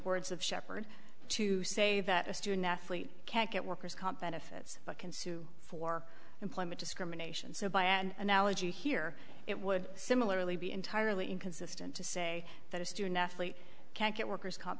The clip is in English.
words of shepard to say that a student athlete can't get workers comp benefits but can sue for employment discrimination so by and analogy here it would similarly be entirely inconsistent to say that a student athlete can't get workers c